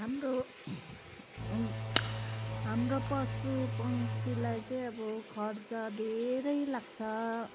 हाम्रो हाम्रो पशु पक्षीलाई चाहिँ अब खर्च धेरै लाग्छ